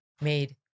made